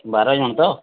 ବାର ଜନ୍ ତ